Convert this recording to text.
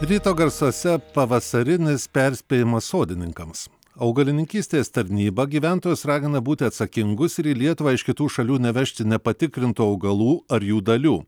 ryto garsuose pavasarinis perspėjimas sodininkams augalininkystės tarnyba gyventojus ragina būti atsakingus ir į lietuvą iš kitų šalių nevežti nepatikrintų augalų ar jų dalių